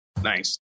Nice